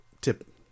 tip